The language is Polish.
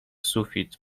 sufit